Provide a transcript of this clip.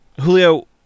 Julio